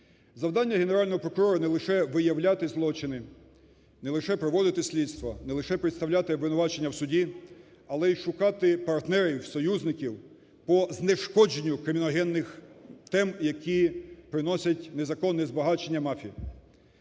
Завдання Генерального прокурора – не лише виявляти злочини, не лише проводити слідств, не лише представляти обвинувачення в суді, але й шукати партнерів, союзників по знешкодженню криміногенних тем, які приносять незаконне збагачення мафії.